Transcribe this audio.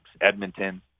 edmonton